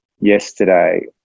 yesterday